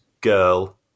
girl